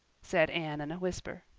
said anne in a whisper.